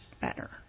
better